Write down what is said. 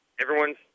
everyone's